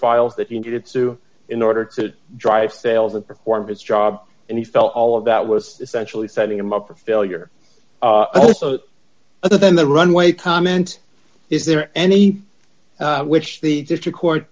files that he needed to in order to drive sales and perform his job and he felt all of that was essentially setting him up for failure so other than the runway tom and is there any which the district court